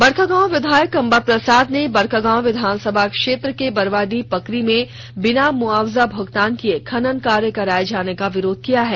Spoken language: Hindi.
बड़कागांव विधायक अंबा प्रसाद ने बड़कागांव विधानसभा क्षेत्र के बरवाडीह पकरी में बिना मुआवजा मुगतान किये खनन कार्य कराये जाने का विरोध किया है